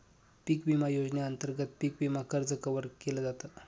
पिक विमा योजनेअंतर्गत पिक विमा कर्ज कव्हर केल जात